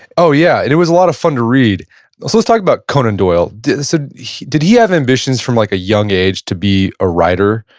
oh yeah. and it was a lot of fun to read. so let's talk about conan doyle. did so did he have ambitions from like a young age to be a writer?